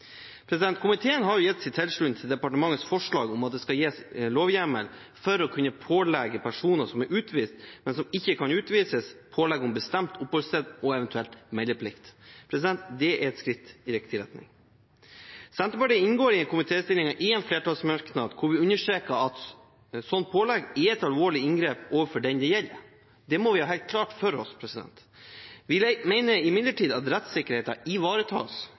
Komiteen har gitt sin tilslutning til departementets forslag om at det gis en lovhjemmel for at personer som er utvist, men som ikke kan utvises, kan pålegges bestemt oppholdssted og eventuelt meldeplikt. Det er et skritt i riktig retning. Senterpartiet inngår i komitéinnstillingen i en flertallsmerknad hvor vi understreker at et slikt pålegg er et alvorlig inngrep overfor den det gjelder. Det må vi ha helt klart for oss. Vi mener imidlertid at rettssikkerheten ivaretas